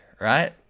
right